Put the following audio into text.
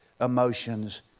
emotions